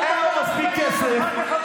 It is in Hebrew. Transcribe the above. אשר יהיה שקוף לציבור".